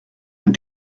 and